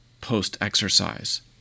post-exercise